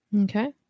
Okay